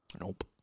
Nope